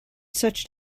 such